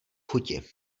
chuti